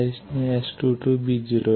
इसलिए S 22 भी 0 है